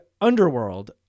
underworld